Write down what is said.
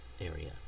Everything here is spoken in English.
area